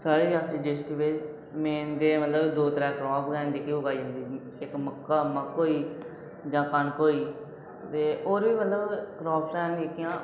साढ़े रियासी डिस्ट्रिक बिच मेन ते मतलब दो त्रै क्रॉप गै ऐन जेहड़ियां उगाई जंदियां न इक मक्कां मक्क होई गेई जां कनक होई गेई ते होर बी मतलब क्राप ऐन जेहकियां